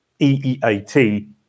EEAT